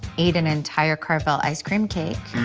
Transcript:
ate an entire carvel ice cream cake.